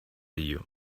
you